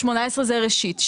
זה ראשית,